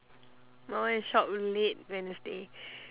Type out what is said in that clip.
my one is shop late wednesday